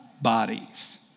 bodies